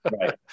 Right